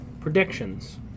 Predictions